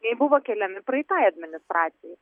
nei buvo keliami praeitai administracijai